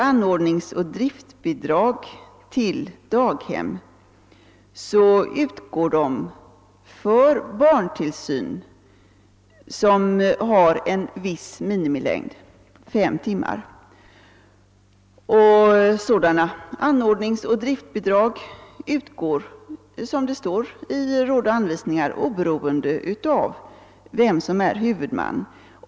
Anordningsoch driftbidrag till daghem utgår för barntillsyn av viss minimilängd — fem timmar. Sådana anordningsoch driftbidrag utgår, som det står i Råd och anvisningar, oberoende av vem som är huvudman.